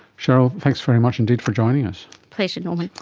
cheryl, thanks very much indeed for joining us. pleasure norman.